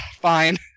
Fine